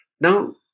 Now